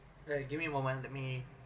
alright give me a moment let me